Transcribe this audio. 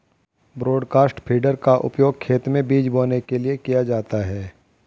broadcast feeder का उपयोग खेत में बीज बोने के लिए किया जाता है